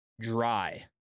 dry